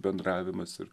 bendravimas ir